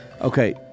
Okay